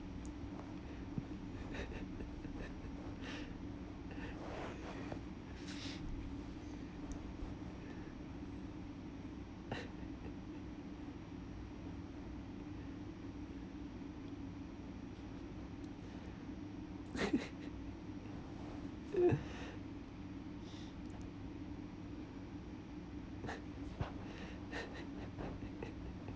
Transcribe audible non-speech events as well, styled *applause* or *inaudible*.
*laughs* *breath* *laughs*